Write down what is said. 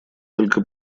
только